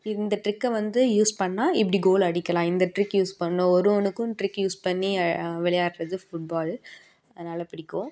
இந்த ட்ரிக்கை வந்து யூஸ் பண்ணிணா இப்படி கோல் அடிக்கலாம் அந்த ட்ரிக் யூஸ் பண்ணு ஒரு ஒன்றுக்கும் ட்ரிக் யூஸ் பண்ணி விளையாடுறது ஃபுட்பால் அதனாலே பிடிக்கும்